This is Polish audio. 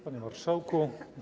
Panie Marszałku!